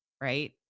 Right